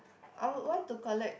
I would want to collect